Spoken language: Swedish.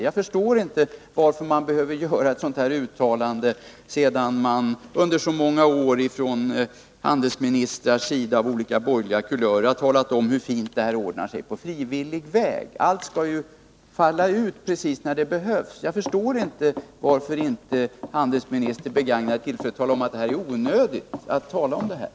Jag förstår inte varför man behöver göra ett sådant uttalande sedan handelsministrar av olika borgerliga kulörer under så många år har talat om hur fint det här ordnar sig på frivillig väg. Allt skall ju falla ut precis när det behövs! Jag förstår inte varför handelsministern inte begagnar tillfället att säga, att det är onödigt att tala om saken.